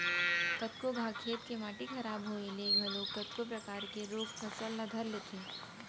कतको घांव खेत के माटी खराब होय ले घलोक कतको परकार के रोग फसल ल धर लेथे